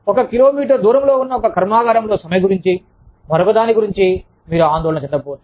ఒక కిలోమీటరు దూరంలో ఉన్న ఒక కర్మాగారంలో సమ్మె గురించి మరొకటి గురించి మీరు ఆందోళన చెందకపోవచ్చు